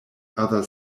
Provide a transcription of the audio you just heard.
other